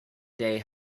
day